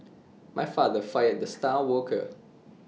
my father fired the star worker